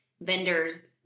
vendors